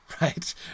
right